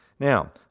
Now